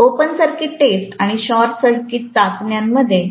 open circuit test आणि short circuit चाचण्यां मध्ये